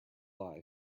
eye